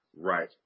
right